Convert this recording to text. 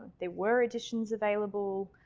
there were editions available.